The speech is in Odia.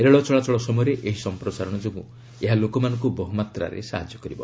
ରେଳ ଚଳାଚଳ ସମୟରେ ଏହି ସମ୍ପ୍ରସାରଣ ଯୋଗୁଁ ଏହା ଲୋକମାନଙ୍କୁ ବହୁମାତ୍ରାରେ ସାହାଯ୍ୟ କରିବ